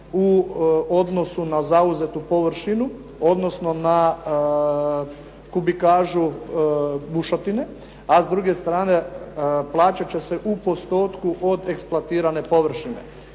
u odnosu na zauzetu površinu odnosno na kubikažu bušotine a s druge strane plaćat će se u postotku od eksploatirane površine.